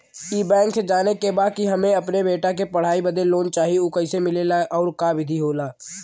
ई बैंक से जाने के बा की हमे अपने बेटा के पढ़ाई बदे लोन चाही ऊ कैसे मिलेला और का विधि होला?